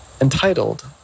entitled